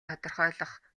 тодорхойлох